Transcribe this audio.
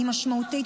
היא משמעותית,